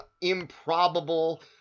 improbable